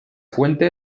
fuente